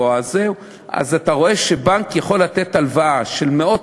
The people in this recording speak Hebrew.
אתה רואה שבנק יכול לתת הלוואה של מאות